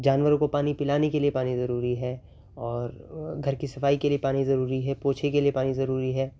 جانوروں کو پانی پلانے کے لیے پانی ضروری ہے اور گھر کی صفائی کے لیے پانی ضروری ہے پوچھے کے لیے پانی ضروری ہے